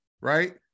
right